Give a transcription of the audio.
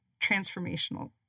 transformational